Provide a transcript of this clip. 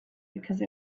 because